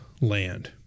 land